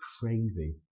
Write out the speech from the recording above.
crazy